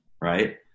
right